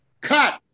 Cut